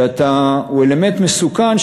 שהוא אלמנט מסוכן,